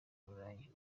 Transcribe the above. burayi